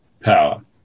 power